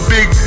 Big